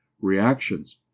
reactions